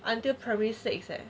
until primary six eh